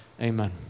amen